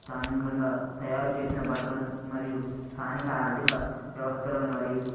స్థానికంగా తయారు చేసిన బట్టలను మరియు స్థానిక ఆర్థిక వ్యవస్థలను మరియు